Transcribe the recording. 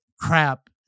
crap